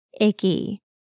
icky